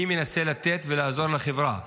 מי מנסה לתת ולעזור לחברה.